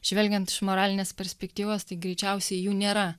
žvelgiant iš moralinės perspektyvos tai greičiausiai jų nėra